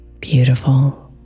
beautiful